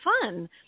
fun